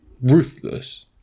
ruthless